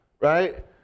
right